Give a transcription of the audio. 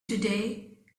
today